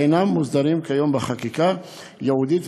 אינם מוסדרים כיום בחקיקה ייעודית,